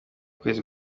kwezi